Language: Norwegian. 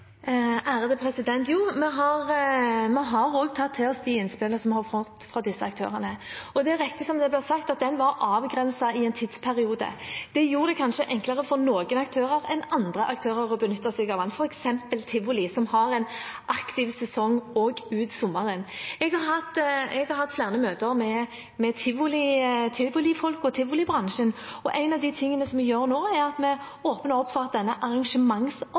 Jo, vi har også tatt til oss de innspillene vi har fått fra disse aktørene. Det er riktig, som det ble sagt, at den var avgrenset i en tidsperiode. Det gjorde det kanskje enklere for noen aktører enn for andre å benytte seg av den, f.eks. tivoli, som har en aktiv sesong også ut sommeren. Jeg har hatt flere møter med tivolifolk og tivolibransjen, og en av tingene vi gjør nå, er at vi åpner opp for at de kan søke på denne